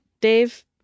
Dave